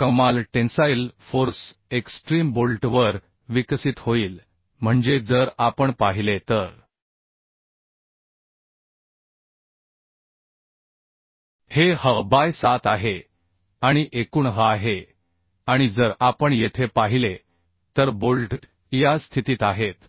कमाल tensile force extreme bolt वर विकसित होईल म्हणजे जर आपण पाहिले तर हे h बाय 7 आहे आणि एकूण h आहे आणि जर आपण येथे पाहिले तर बोल्ट या स्थितीत आहेत